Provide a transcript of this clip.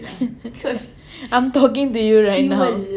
I'm talking to you right now